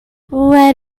what